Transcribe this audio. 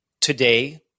today